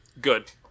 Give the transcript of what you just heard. good